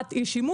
הודעת אי שימוש,